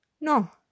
No